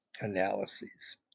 analyses